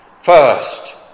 First